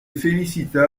félicita